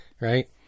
Right